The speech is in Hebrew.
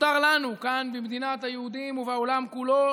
נותר לנו כאן במדינת היהודים ובעולם כולו